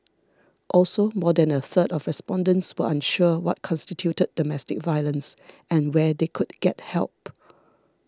also more than a third of respondents were unsure what constituted domestic violence and where they could get help